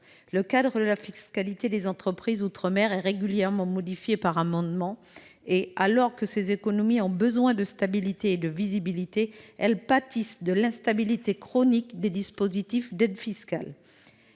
Le cadre de la fiscalité des entreprises outre mer est régulièrement modifié par amendement. Alors que ces économies ont besoin de stabilité et de visibilité, elles pâtissent de l’instabilité chronique des dispositifs d’aide fiscale.